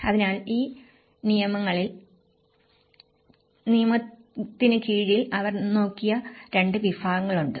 അതിനാൽ ഈ നിയമത്തിന് കീഴിൽ അവർ നോക്കിയ 2 വിഭാഗങ്ങളുണ്ട്